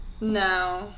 No